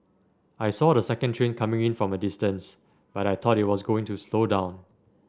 I saw the second train coming in from a distance but I thought it was going to slow down